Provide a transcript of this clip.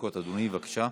עד שלוש דקות, אדוני, בבקשה.